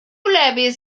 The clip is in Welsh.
lefydd